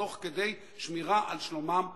תוך כדי שמירה על שלומם וביטחונם,